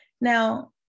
Now